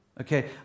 Okay